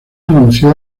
anunció